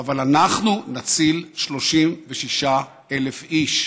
אבל אנחנו נציל 36,000 איש.